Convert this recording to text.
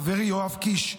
חברי יואב קיש,